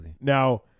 Now